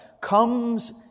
comes